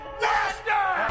master